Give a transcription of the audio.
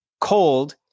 cold